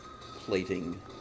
plating